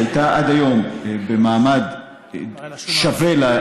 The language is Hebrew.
שהייתה עד היום במעמד שווה לעברית,